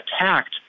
attacked